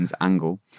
angle